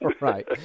right